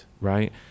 right